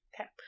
Okay